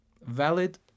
valid